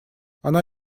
она